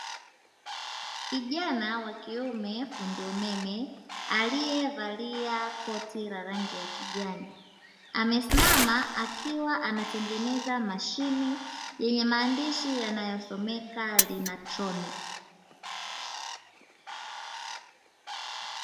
Kijana wa kiume fundi umeme aliyevaa koti la rangi ya kijani, amesimama akiwa anatengeneza mashine yenye maandishi yanayosomeka "Linatronic".